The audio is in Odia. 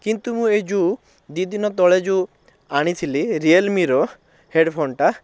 କିନ୍ତୁ ମୁଁ ଏଇ ଯେଉଁ ଦୁଇଦିନ ତଳେ ଯେଉଁ ଆଣିଥିଲି ରିଏଲମିର ହେଡ଼୍ଫୋନ୍ଟା